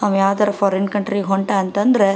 ಅವ ಯಾವುದಾರ ಫಾರಿನ್ ಕಂಟ್ರಿಗೆ ಹೊಂಟ ಅಂತಂದ್ರೆ